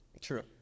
True